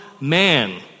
man